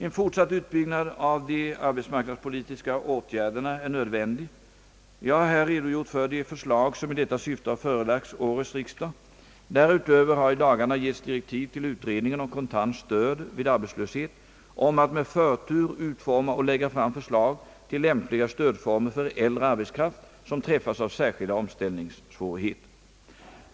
En fortsatt utbyggnad av de arbetsmarknadspolitiska åtgärderna är nödvändig. Jag har här redogjort för de förslag som i detta syfte har förelagts årets riksdag. Därutöver har i dagarna getts direktiv till utredningen om kontant stöd vid arbetslöshet om att med förtur utforma och lägga fram förslag till lämpliga stödformer för äldre ar betskraft som träffas av särskilda omställningssvårigheter.